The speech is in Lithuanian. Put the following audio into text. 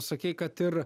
sakei kad ir